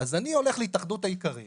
אז אני הולך להתאחדות האיכרים